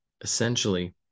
essentially